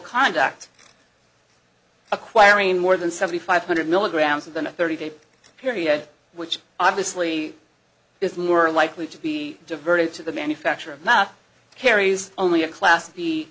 conduct acquiring more than seventy five hundred milligrams of than a thirty day period which obviously is more likely to be diverted to the manufacture of math carries only a class